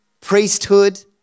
priesthood